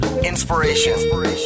inspiration